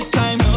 time